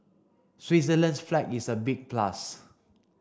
Switzerland's flag is a big plus